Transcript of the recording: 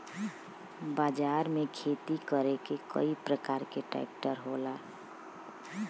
बाजार में खेती करे के कई परकार के ट्रेक्टर होला